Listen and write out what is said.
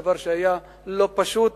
דבר שהיה לא פשוט.